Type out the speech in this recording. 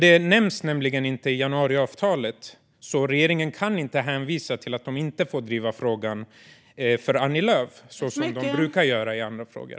Den nämns nämligen inte i januariavtalet, så regeringen kan inte hänvisa till att den inte får driva frågan för Annie Lööf, som den brukar göra i andra frågor.